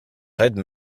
red